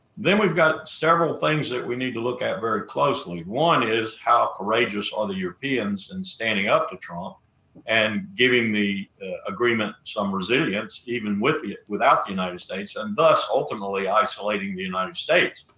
then we've got several things that we need to look at very closely. one is how courageous are the europeans in and standing up to trump and giving the agreement some resilience even with the without the united states, and thus ultimately isolating the united states,